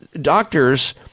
doctors